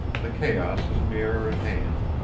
the chaos is nearer at hand,